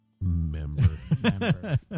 Member